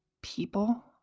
people